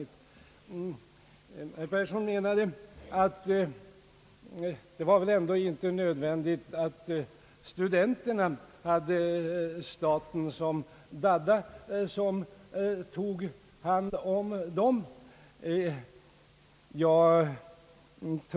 Herr Persson menade att det väl ändå inte är nödvändigt att studenterna har staten som dadda att ta hand om dem.